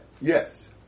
Yes